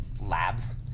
labs